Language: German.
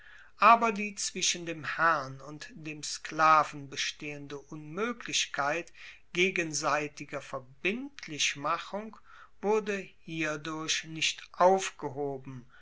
aber die zwischen dem herrn und dem sklaven bestehende unmoeglichkeit gegenseitiger verbindlichmachung wurde hierdurch nicht aufgehoben